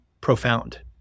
profound